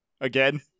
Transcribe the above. Again